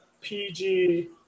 PG